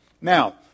Now